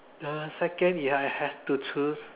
uh second if I have to choose